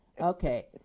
Okay